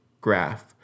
graph